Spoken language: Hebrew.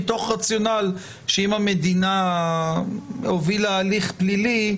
מתוך רציונל שאם המדינה הובילה הליך פלילי,